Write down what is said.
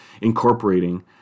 incorporating